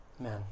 Amen